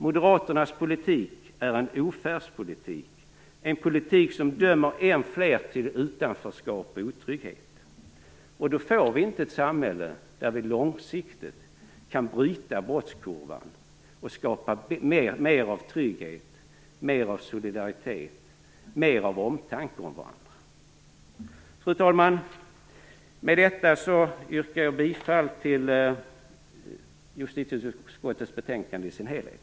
Moderaternas politik är en ofärdspolitik, en politik som dömer än fler till utanförskap och otrygghet. Då får vi inte ett samhälle där vi långsiktigt kan bryta brottskurvan och skapa mer av trygghet, mer av solidaritet och mer av omtanke om varandra. Fru talman! Med detta yrkar jag bifall till hemställan i justitieutskottets betänkande i dess helhet.